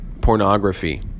Pornography